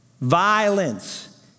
violence